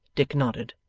dick nodded.